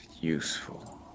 useful